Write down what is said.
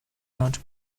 not